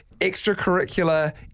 extracurricular